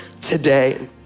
today